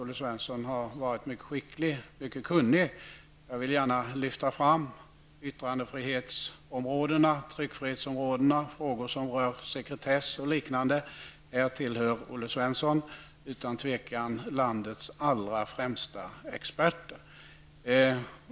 Olle Svensson har också varit mycket skicklig och mycket kunnig. Jag vill gärna lyfta fram yttrandefrihetsområdena, tryckfrihetsområdena, frågor som rör sekretess och liknande. Där tillhör Olle Svensson utan tvivel landets allra främsta experter.